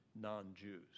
non-Jews